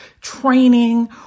training